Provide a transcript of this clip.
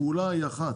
הפעולה היא אחת.